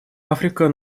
африка